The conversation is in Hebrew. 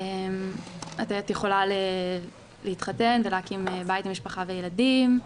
את יכולה להתחתן ולהקים בית עם משפחה וילדים,